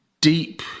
deep